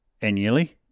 annually